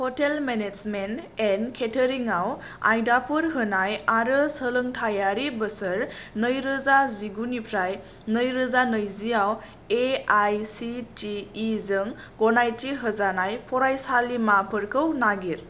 hotel management and catering आव आयदाफोर होनाय आरो सोलोंथायारि बोसोर नैरोजा जिगुनिफ्राइ नैरोजा नैजिआव एआइसिटिइ जों गनायथि होजानाय फरायसालिमाफोरखौ नागिर